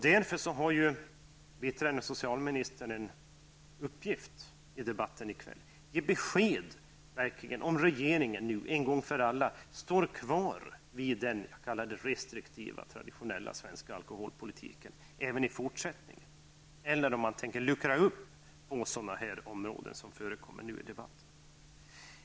Där har socialministern en uppgift i debatten i kväll att ge besked om regeringen verkligen en gång för alla står fast vid den restriktiva traditionella svenska alkoholpolitiken även i fortsättningen eller om man tänker luckra upp på de områden som här har påpekats.